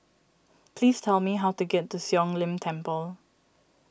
please tell me how to get to Siong Lim Temple